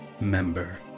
member